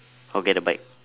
or get a bike